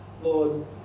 Lord